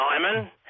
Simon